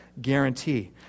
guarantee